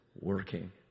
working